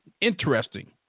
interesting